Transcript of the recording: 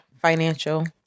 financial